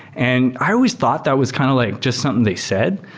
and i always thought that was kind of like just something they said,